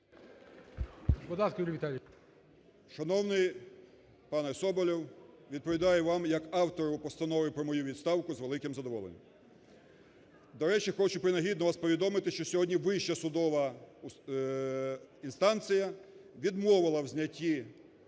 Шановний пане Соболєв, відповідаю вам як автору постанови про мою відставку з великим задоволенням. До речі, хочу принагідно вас повідомити, що сьогодні вища судова інстанція відмовила в знятті